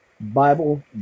Bible